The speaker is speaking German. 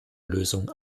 lösung